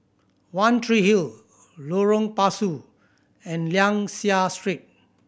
One Tree Hill Lorong Pasu and Liang Seah Street